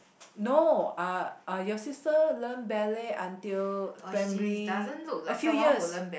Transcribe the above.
no uh uh your sister learn ballet until primary a few years